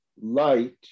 light